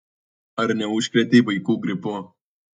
ar neužkrėtei vaikų gripu